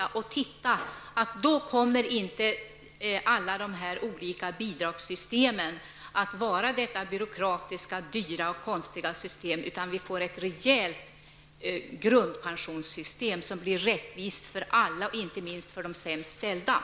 Det kommer då att framgå att vi i stället för alla de nuvarande olika bidragssystemen -- detta byråkratiska, dyra och konstiga system -- kan få ett rejält grundpensionssystem, som blir rättvist för alla, inte minst för dem som har det sämst ställt.